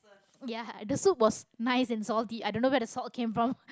ya the soup was nice and salty i don't know where the salt came from